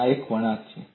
આ એક વળાંક છે